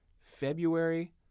February